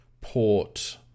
Port